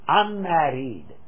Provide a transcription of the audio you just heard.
unmarried